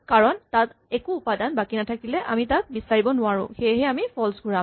কাৰণ তাত একো উপাদান বাকী নাথাকিলে আমি তাক বিচাৰিব নোৱাৰো সেয়ে আমি ফল্চ ঘূৰাম